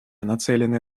нацеленные